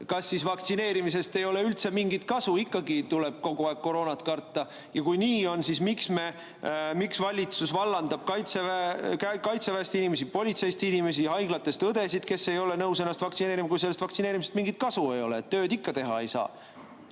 Kas siis vaktsineerimisest ei ole üldse mingit kasu, ikkagi tuleb kogu aeg koroonat karta? Ja kui nii on, siis miks valitsus vallandab Kaitseväest inimesi, politseist inimesi ja haiglatest õdesid, kes ei ole nõus ennast vaktsineerida laskma, kui sellest vaktsineerimisest mingit kasu ei ole, tööd ikka teha ei saa?